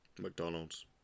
McDonald's